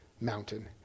mountain